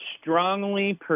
strongly